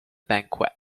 banquet